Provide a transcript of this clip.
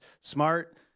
smart